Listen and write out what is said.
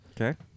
Okay